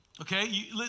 Okay